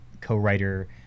co-writer